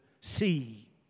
see